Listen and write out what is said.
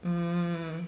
mm